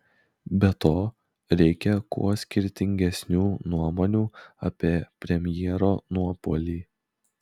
be to reikią kuo skirtingesnių nuomonių apie premjero nuopuolį